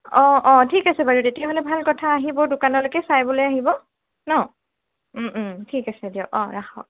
অঁ অঁ ঠিক আছে বাৰু তেতিয়াহ'লে ভাল কথা আহিব দোকানলেকে চাবলে আহিব ন ঠিক আছে দিয়ক অঁ ৰাখক